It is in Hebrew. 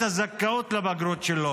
הזכאות לבגרות שלו?